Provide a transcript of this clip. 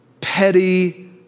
petty